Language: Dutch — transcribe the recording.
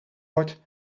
wordt